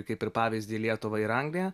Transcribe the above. kaip ir pavyzdį lietuvą ir angliją